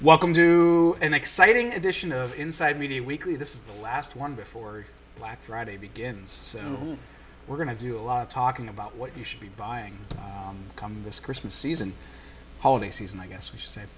welcome to an exciting edition of inside media weekly this is the last one before black friday begins and we're going to do a lot of talking about what you should be buying come this christmas season holiday season i guess we should say